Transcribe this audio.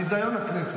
על ביזיון הכנסת.